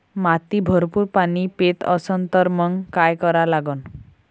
माती भरपूर पाणी पेत असन तर मंग काय करा लागन?